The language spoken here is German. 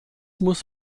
muss